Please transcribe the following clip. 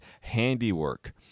handiwork